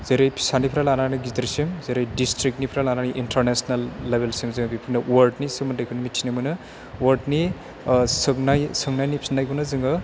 जेरै फिसाफ्राय लानानै गिदिरसिम जेरै डिसथ्रिग निफ्राय लानानै इन्थारनेसनेल लेबेलसिम जों जेखुनु वार्डनि सोमोन्दैफोर मिथिनो मोनो वार्डनि सोंनाय सोंनायनि फिननायखौनो जोङो